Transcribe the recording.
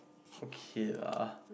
okay lah